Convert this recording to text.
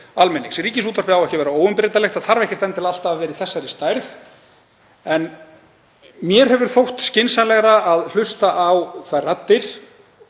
almennings. Ríkisútvarpið á ekki að vera óumbreytanlegt. Það þarf ekkert endilega alltaf að vera í þessari stærð. En mér hefur þótt skynsamlegra að hlusta á þær raddir